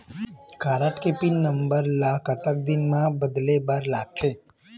Card के pin number ला कतक दिन म बदले बर लगथे?